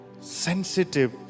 Sensitive